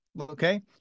okay